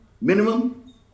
minimum